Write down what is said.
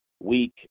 week